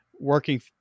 Working